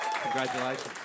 Congratulations